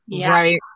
Right